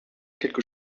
quelque